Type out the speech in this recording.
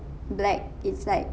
black it's like